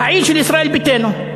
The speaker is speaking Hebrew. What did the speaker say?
פעיל של ישראל ביתנו,